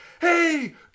Hey